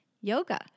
yoga